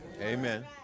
Amen